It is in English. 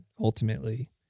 ultimately